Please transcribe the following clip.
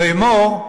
לאמור,